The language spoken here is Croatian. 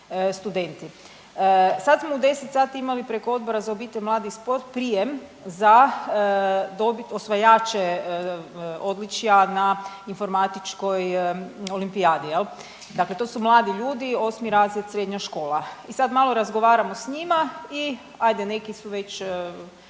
Sad smo u 10 sati imali preko Odbora za obitelj, mlade i sport prijem za dobit osvajače odličja na informatičkoj olimpijadi jel, dakle to su mladi ljudi, 8. razred i srednja škola. I sad malo razgovaramo s njima i ajde neki su već